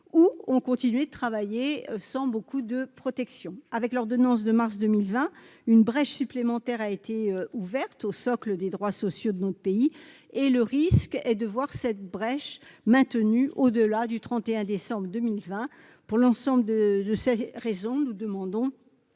aient continué de travailler sans beaucoup de protection. Par l'ordonnance de mars 2020, une brèche supplémentaire a été ouverte au socle des droits sociaux de notre pays. Le risque est de voir cette brèche maintenue au-delà du 31 décembre 2020. Pour l'ensemble de ces raisons, nous demandons